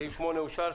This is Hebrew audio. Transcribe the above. סעיף 8 אושר.